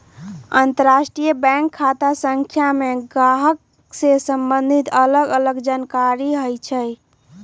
अंतरराष्ट्रीय बैंक खता संख्या में गाहक से सम्बंधित अलग अलग जानकारि होइ छइ